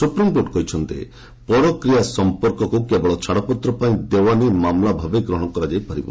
supreme court କହିଛନ୍ତି ପରକ୍ରୀୟା ସମ୍ପକକୁ କେବଳ ଛାଡ଼ପତ୍ର ପାଇଁ ଦେୱାନୀ ମାମଲା ଭାବେ ଗ୍ରହଣ କରାଯାଇ ପାରିବ